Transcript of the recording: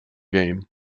game